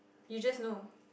you just know